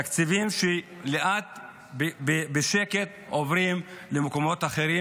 תקציבים שלאט ובשקט עוברים למקומות אחרים,